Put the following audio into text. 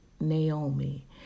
Naomi